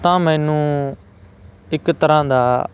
ਤਾਂ ਮੈਨੂੰ ਇੱਕ ਤਰ੍ਹਾਂ ਦਾ